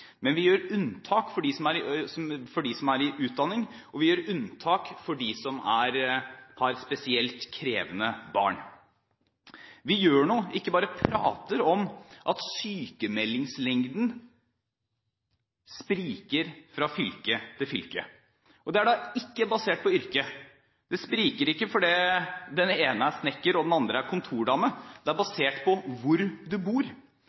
Men vi gjør unntak for dem som er under utdanning, og vi gjør unntak for dem som har spesielt krevende barn. Vi gjør noe med – ikke bare prater om – at sykmeldingslengden spriker fra fylke til fylke, det er ikke basert på yrke. Det spriker ikke fordi den ene er snekker og den andre er kontordame, det er basert på hvor man bor.